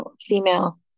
female